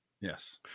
Yes